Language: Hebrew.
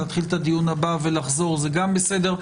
להתחיל את הדיון הבא ולחזור זה גם בסדר.